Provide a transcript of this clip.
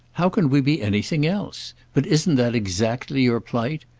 how can we be anything else? but isn't that exactly your plight?